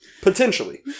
Potentially